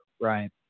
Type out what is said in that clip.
Right